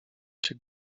się